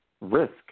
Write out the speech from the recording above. risk